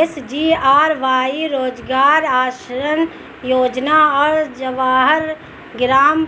SGRY रोजगार आश्वासन योजना और जवाहर ग्राम